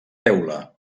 teula